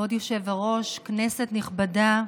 כבוד היושב-ראש, כנסת נכבדה,